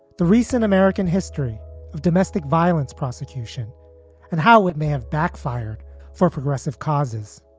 the recent american history of domestic violence prosecution and how it may have backfired for progressive causes.